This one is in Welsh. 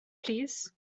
plîs